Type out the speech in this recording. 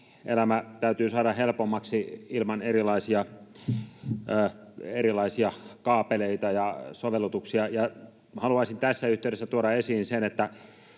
Elämä täytyy saada helpommaksi ilman erilaisia kaapeleita ja sovellutuksia. Haluaisin tässä yhteydessä tuoda esiin sen, että